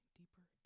deeper